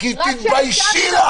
רק כשאתה אומר --- תתביישי לך.